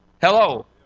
Hello